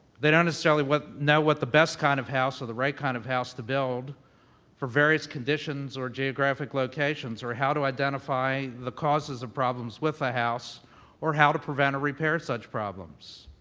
they don't necessarily know what the best kind of house or the right kind of house to build for various conditions or geographic locations or how to identify the causes of problems with the house or how to prevent or repair such problems.